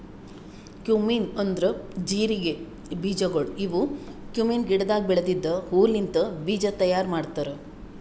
cumin ಅಂದುರ್ ಜೀರಿಗೆ ಬೀಜಗೊಳ್ ಇವು ಕ್ಯುಮೀನ್ ಗಿಡದಾಗ್ ಬೆಳೆದಿದ್ದ ಹೂ ಲಿಂತ್ ಬೀಜ ತೈಯಾರ್ ಮಾಡ್ತಾರ್